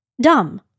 Dumb